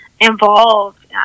involved